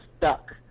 stuck